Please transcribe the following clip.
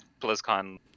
BlizzCon